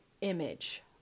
image